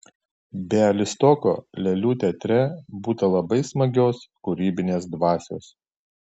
bialystoko lėlių teatre būta labai smagios kūrybinės dvasios